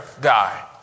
guy